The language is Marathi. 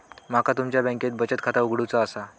माका तुमच्या बँकेत बचत खाता उघडूचा असा?